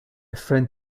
friend